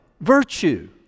virtue